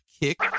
kick